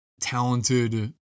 Talented